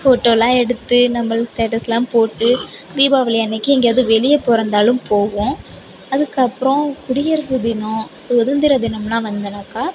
போட்டோலாம் எடுத்து நம்மளும் ஸ்டேட்டஸ்லாம் போட்டு தீபாவளி அன்னக்கு எங்கேயாவது வெளியே போறாந்தாலும் போவோம் அதுக்கப்புறம் குடியரசு தினம் சுதந்திர தினம்லாம் வந்தனாக்கா